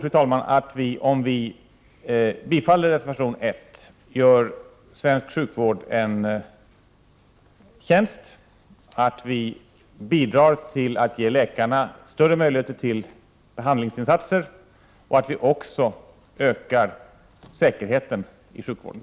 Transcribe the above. Jag tror att vi om vi bifaller reservation 1 gör svensk sjukvård en tjänst genom att vi bidrar till att ge läkarna större möjligheter till behandlingsinsatser, och att vi också ökar säkerheten i sjukvården.